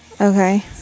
okay